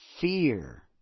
fear